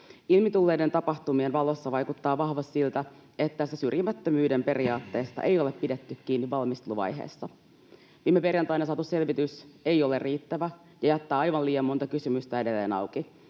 Ilmi tulleiden tapahtumien valossa vaikuttaa vahvasti siltä, että tästä syrjimättömyyden periaatteesta ei ole pidetty kiinni valmisteluvaiheessa. Viime perjantaina saatu selvitys ei ole riittävä ja jättää aivan liian monta kysymystä edelleen auki.